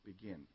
begin